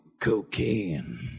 cocaine